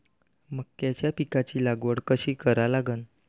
मक्याच्या पिकाची लागवड कशी करा लागन?